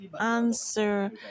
answer